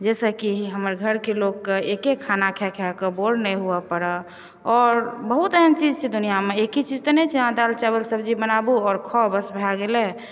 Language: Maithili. जाहिसँ की हमर घरके लोकके एके खाना खाय खायकऽ बोर नहि हुअ पड़ए आओर बहुत एहन चीज छै दुनियामे एके चीज तऽ नहि छै अहाँ दालि चावल सब्जी बनाबू आओर खाउ बस भऽ गेलै